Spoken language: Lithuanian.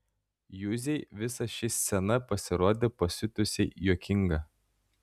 juzei visa ši scena pasirodė pasiutusiai juokinga